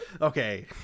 Okay